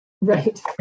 Right